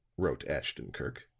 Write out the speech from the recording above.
wrote ashton-kirk,